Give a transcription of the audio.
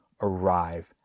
arrive